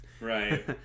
right